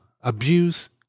abuse